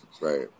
Right